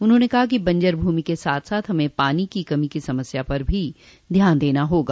उन्होंने कहा कि बंजर भूमि के साथ साथ हमें पानी की कमी की समस्या पर भी ध्यान देना होगा